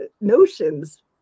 notions